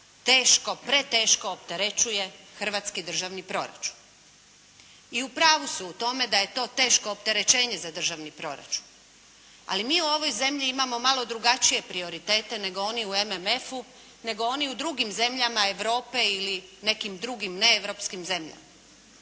teško, preteško opterećuje hrvatski državni proračun. I u pravu su u tome da je to teško opterećenje za državni proračun, ali mi u ovoj zemlji imamo malo drugačije prioritete nego oni u MMF-u, nego oni u drugim zemljama Europe ili nekim drugim neeuropskim zemljama.